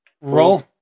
Roll